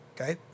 Okay